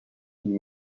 you